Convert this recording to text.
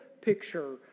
picture